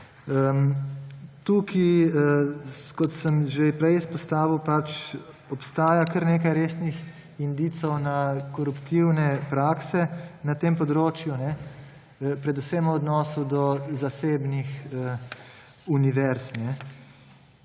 Tukaj, kot sem že prej izpostavil, pač, obstaja kar nekaj resnih indicev na koruptivne prakse na tem področju, predvsem v odnosu do zasebnih univerz.